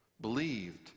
believed